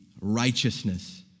righteousness